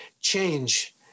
change